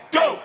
go